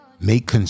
Make